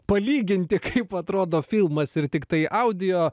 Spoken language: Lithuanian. palyginti kaip atrodo filmas ir tiktai audio